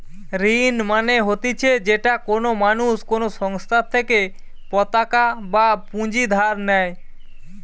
ঋণ মানে হতিছে যেটা কোনো মানুষ কোনো সংস্থার থেকে পতাকা বা পুঁজি ধার নেই